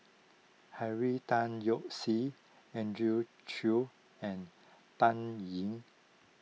Henry Tan Yoke See Andrew Chew and Dan Ying